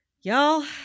Y'all